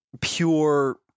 pure